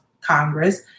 Congress